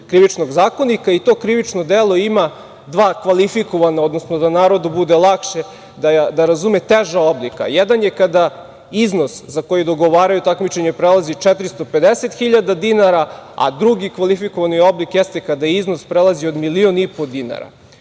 Krivičnog zakonika i to krivično delo ima dva kvalifikovana, odnosno, da narodu bude lakše da razume, teža oblika. Jedan je kada iznos za koji dogovaraju takmičenje prelazi 450 hiljada dinara, a drugi kvalifikovani oblik jeste kada iznos prelazi 1,5 miliona dinara.